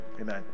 Amen